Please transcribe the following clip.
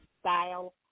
style